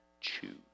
Choose